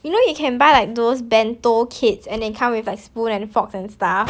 you know you can buy like those bento kits and it come with like spoon and forks and stuff